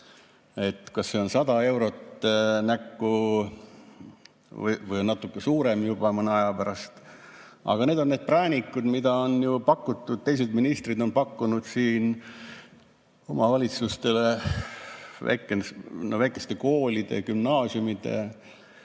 kas see on 100 eurot näkku või natuke suurem juba mõne aja pärast. Aga need on need präänikud, mida teised ministrid on pakkunud siin omavalitsustele väikeste koolide ja gümnaasiumide